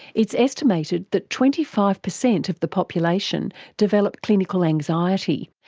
it's estimated that twenty five percent of the population develop clinical anxiety,